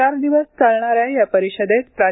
चार दिवसा चालणाऱ्या या परिषदेत प्रा